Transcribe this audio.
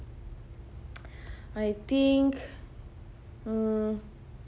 I think mm